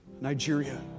Nigeria